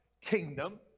kingdom